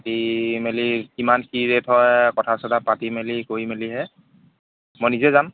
পাতি মেলি কিমান কি ৰে'ট হয় কথা চথা পাতি মেলি কৰি মেলিহে মই নিজে যাম